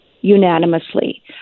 unanimously